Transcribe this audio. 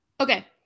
Okay